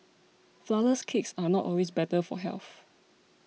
Flourless Cakes are not always better for health